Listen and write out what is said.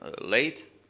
late